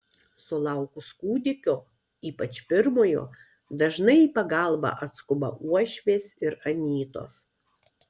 sulaukus kūdikio ypač pirmojo dažnai į pagalbą atskuba uošvės ir anytos